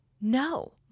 no